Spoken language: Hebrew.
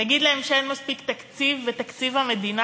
נגיד להם שאין מספיק תקציב בתקציב המדינה?